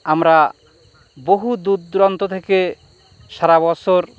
আমরা বহু দূর দুরন্ত থেকে সারা বছর